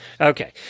Okay